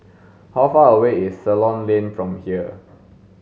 how far away is Ceylon Lane from here